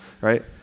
right